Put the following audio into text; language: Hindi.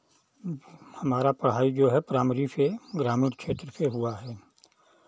हमारा पढ़ाई जो है प्राइमरी से ग्रामीण क्षेत्र से हुआ है